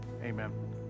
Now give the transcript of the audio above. Amen